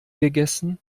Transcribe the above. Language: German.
gegessen